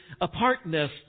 apartness